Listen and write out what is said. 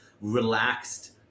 relaxed